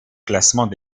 classement